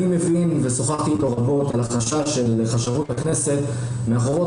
אני מבין ושוחחתי אתו רבות על החשש של חשבות הכנסת לחובות